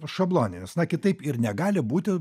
šabloninis na kitaip ir negali būti